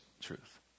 truth